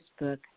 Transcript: Facebook